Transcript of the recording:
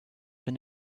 been